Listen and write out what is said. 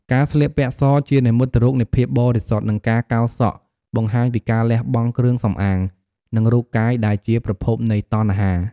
ការ ស្លៀកពាក់ស ជានិមិត្តរូបនៃភាពបរិសុទ្ធ និងការ កោរសក់ បង្ហាញពីការលះបង់គ្រឿងសម្អាង និងរូបកាយដែលជាទីប្រភពនៃតណ្ហា។